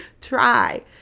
try